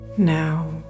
now